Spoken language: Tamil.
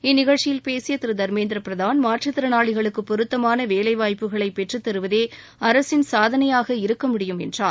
இந்நிகழ்ச்சியில் பேசிய திரு தர்மேந்திர பிரதான் மாற்றுத் தினாளிகளுக்கு பொருத்தமான வேலைவாய்ப்பகளை பெற்றுத்தருவதே அரசின் சாதனையாக இருக்க முடியும் என்றார்